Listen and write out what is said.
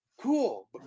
Cool